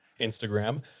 Instagram